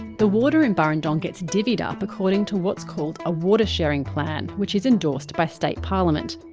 the water in burrendong gets divvied up according to what's called a water sharing plan which is endorsed by state parliament.